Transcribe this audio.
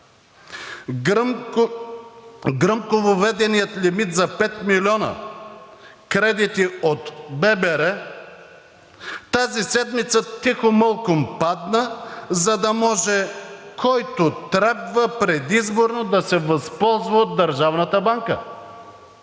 Гръмко въведеният лимит за 5 милиона кредити от ББР тази седмица тихомълком падна, за да може който трябва предизборно да се възползва от държавната банка.